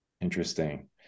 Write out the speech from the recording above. Interesting